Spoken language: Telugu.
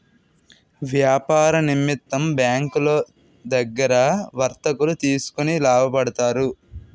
వ్యాపార నిమిత్తం బ్యాంకులో దగ్గర వర్తకులు తీసుకొని లాభపడతారు